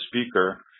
speaker